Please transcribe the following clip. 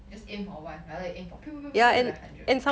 just aim for one like that aim for die hundred